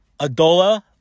Adola